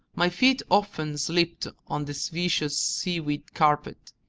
my feet often slipped on this viscous seaweed carpet,